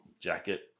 jacket